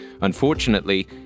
Unfortunately